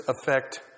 affect